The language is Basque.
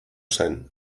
zen